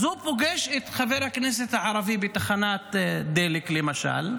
אז הוא פוגש את חבר הכנסת הערבי בתחנת דלק, למשל,